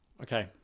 Okay